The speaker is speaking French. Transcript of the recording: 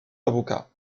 avocat